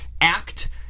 act